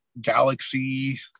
galaxy